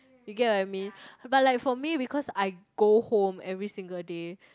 you get what I mean but like for me because I go home every single day